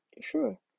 Sure